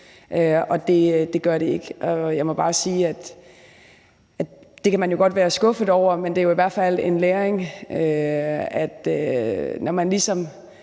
sige, at det kan man jo godt være skuffet over, men det er i hvert fald en læring,